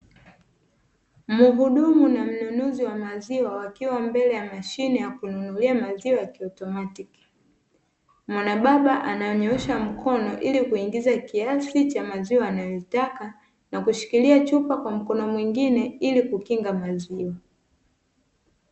Mhudumu na mnunuzi wa maziwa wakiwa mbele ya mashine ya kununulia maziwa kiautomatiki. Mwanababa ananyoosha mkono ili kuingiza kiasi cha maziwa anayoitaka na kushikilia chupa kwa mkono mwingine ili kukinga maziwa.